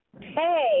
Hey